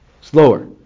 Slower